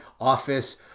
office